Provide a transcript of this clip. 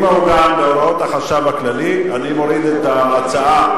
אם מעוגן בהוראות החשב הכללי אני מוריד את ההצעה.